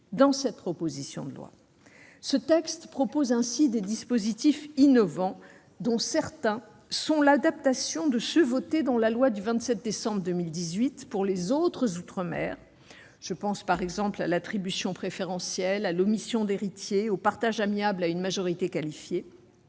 dans cette proposition de loi. Ce texte comporte ainsi des dispositifs innovants, dont certains sont l'adaptation de ceux adoptés dans le cadre de la loi du 27 décembre 2018 pour les autres outre-mer. Je pense par exemple à l'attribution préférentielle, à l'omission d'héritier et au partage amiable à une majorité qualifiée.